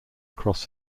across